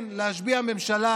כן, להשביע ממשלה